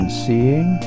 seeing